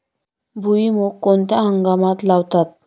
भुईमूग कोणत्या हंगामात लावतात?